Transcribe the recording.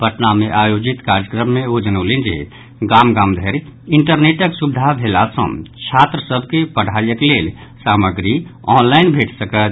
पटना मे आयोजित कार्यक्रम मे ओ जनौलनि जे गाम गाम धरि इंटरनेटक सुविधा भेला सॅ छात्र सभ के पढ़ाईक लेल सामग्री ऑनलाईन भेट सकत